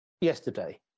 yesterday